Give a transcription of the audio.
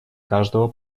каждого